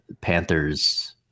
Panthers